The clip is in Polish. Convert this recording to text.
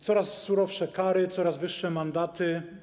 Coraz surowsze kary, coraz wyższe mandaty.